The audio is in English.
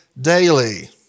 daily